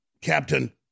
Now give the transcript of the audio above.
Captain